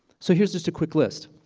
so here's just a quick list.